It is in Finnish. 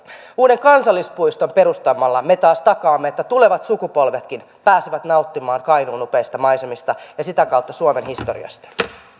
uuden kansallispuiston perustamalla me taas takaamme että tulevat sukupolvetkin pääsevät nauttimaan kainuun upeista maisemista ja sitä kautta suomen historiasta